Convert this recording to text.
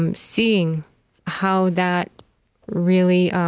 um seeing how that really